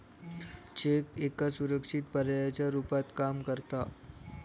check एका सुरक्षित पर्यायाच्या रुपात काम करता